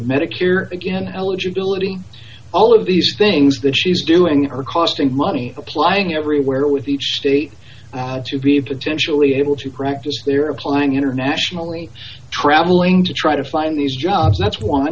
medicare again eligibility all of these things that she's doing are costing money applying everywhere with each seat to be potentially able to practice their applying internationally traveling to try to find these jobs that's one